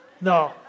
No